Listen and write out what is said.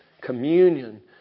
Communion